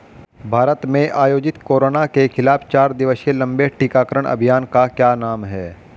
भारत में आयोजित कोरोना के खिलाफ चार दिवसीय लंबे टीकाकरण अभियान का क्या नाम है?